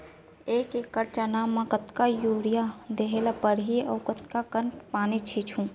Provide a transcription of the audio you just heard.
एक एकड़ चना म कतका यूरिया देहे ल परहि अऊ कतका कन पानी छींचहुं?